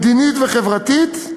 מדינית וחברתית,